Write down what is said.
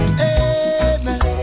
amen